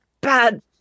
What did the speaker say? Bad